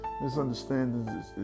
Misunderstandings